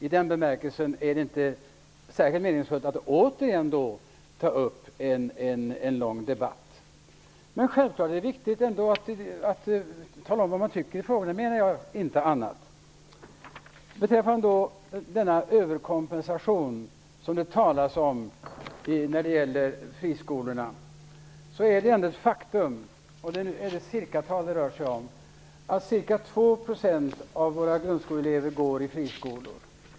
I den bemärkelsen är det inte särskilt meningsfullt att återigen ta upp en lång debatt. Men självfallet är det viktigt att tala om vad man tycker i olika frågor. Jag menade inte någonting annat. Beträffande denna överkompensation, som det talas om när det gäller friskolorna, är det ändå ett faktum att ca 2 % av våra grundskoleelever går i friskolor.